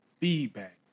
feedback